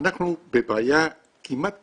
אנחנו בבעיה כמעט קיומית.